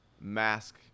mask